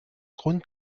grund